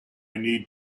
need